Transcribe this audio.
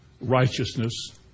righteousness